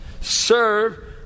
Serve